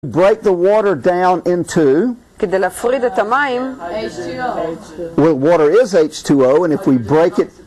כדי להפריד את המים